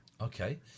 Okay